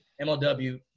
MLW